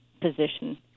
position